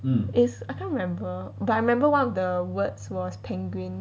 is I can't remember but I remember one of the words was penguin